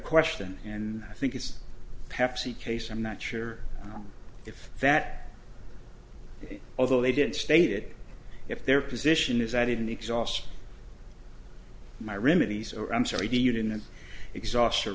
question and i think it's a pepsi case i'm not sure if that although they did stated if their position is i didn't exhaust my remedies or i'm sorry you didn't exhaust